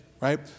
Right